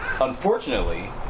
unfortunately